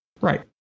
right